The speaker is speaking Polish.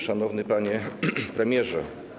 Szanowny Panie Premierze!